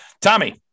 Tommy